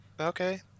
Okay